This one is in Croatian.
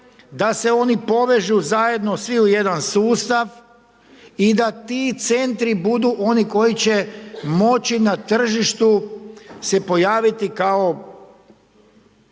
da se oni povežu zajedno svi u jedan sustav i da ti centri budu oni koji će moći na tržištu se pojaviti kao